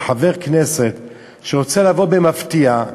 וחבר כנסת שרוצה לבוא במפתיע,